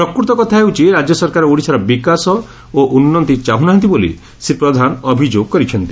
ପ୍ରକୃତ କଥା ହେଉଛି ରାଜ୍ୟ ସରକାର ଓଡ଼ିଶାର ବିକାଶ ଓ ଉନ୍ନତି ଚାହୁଁନାହାନ୍ତି ବୋଲି ଶ୍ରୀ ପ୍ରଧାନ ଅଭିଯୋଗ କରିଛନ୍ତି